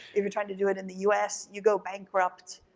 if you're trying to do it in the us, you go bankrupt.